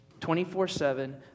24-7